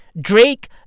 Drake